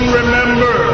remember